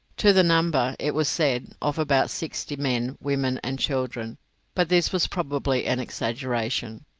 to the number, it was said, of about sixty, men, women, and children but this was probably an exaggeration.